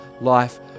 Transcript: life